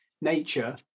nature